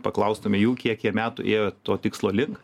paklaustume jų kiek jie metų jie to tikslo link